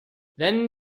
then